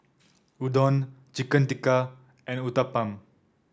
Udon Chicken Tikka and Uthapam